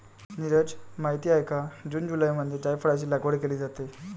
नीरज माहित आहे का जून जुलैमध्ये जायफळाची लागवड केली जाते